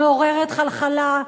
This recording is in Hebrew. מעוררת חלחלה,